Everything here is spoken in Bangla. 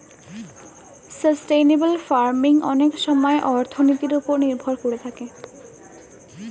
সাস্টেইনেবল ফার্মিং অনেক সময়ে অর্থনীতির ওপর নির্ভর করে থাকে